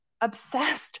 obsessed